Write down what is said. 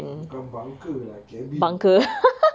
bukan bunker lah cabin lah